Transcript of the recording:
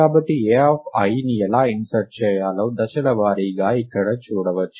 కాబట్టి aiని ఎలా ఇన్సర్ట్ చేయాలో దశల వారీగా ఇక్కడ చూడవచ్చు